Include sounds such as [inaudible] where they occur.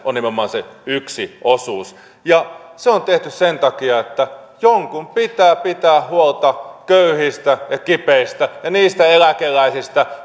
on nimenomaan se yksi osuus se on tehty sen takia että jonkun pitää pitää huolta köyhistä ja kipeistä ja niistä eläkeläisistä [unintelligible]